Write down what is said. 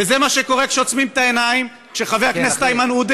וזה מה שקורה כשעוצמים את העיניים כשחבר הכנסת איימן עודה